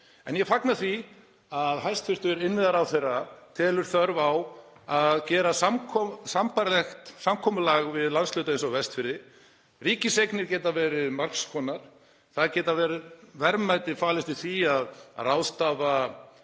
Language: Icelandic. En ég fagna því að hæstv. innviðaráðherra telur þörf á að gera sambærilegt samkomulag við landshluta eins og Vestfirði. Ríkiseignir geta verið margs konar. Verðmæti geta falist í því að ráðstafa